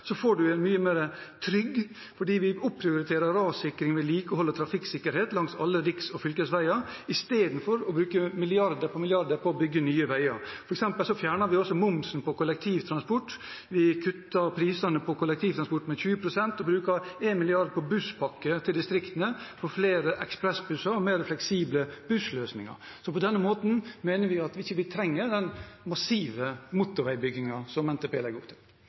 får man mye mer trygghet, for vi opprioriterer rassikring, vedlikehold og trafikksikkerhet langs alle riks- og fylkesveier i stedet for å bruke milliarder på milliarder på å bygge nye veier. Vi fjerner f.eks. også momsen på kollektivtransport. Vi kutter prisene på kollektivtransport med 20 pst. og bruker 1 mrd. kr på en busspakke til distriktene, for flere ekspressbusser og mer fleksible bussløsninger. På denne måten mener vi at vi ikke trenger den massive motorveibyggingen som NTP legger opp til.